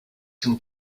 can